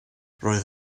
roedd